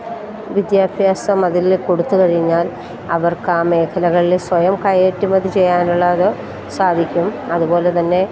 വിദ്യാഭ്യാസം അതിൽ കൊടുത്തുകഴിഞ്ഞാൽ അവർക്ക് ആ മേഖലകളിൽ സ്വയം കയറ്റുമതി ചെയ്യാനുള്ള അത് സാധിക്കും അതുപോലെത്തന്നെ